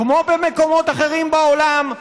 כמו במקומות אחרים בעולם,